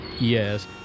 Yes